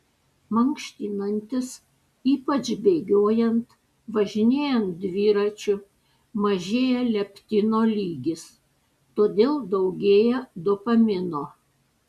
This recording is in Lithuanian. mankštinantis ypač bėgiojant važinėjant dviračiu mažėja leptino lygis todėl daugėja dopamino